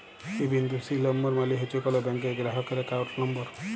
এ বিন্দু সি লম্বর মালে হছে কল ব্যাংকের গেরাহকের একাউল্ট লম্বর